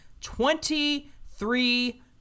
Twenty-three